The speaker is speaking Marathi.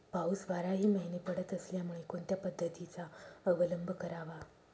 पाऊस बाराही महिने पडत असल्यामुळे कोणत्या पद्धतीचा अवलंब करावा?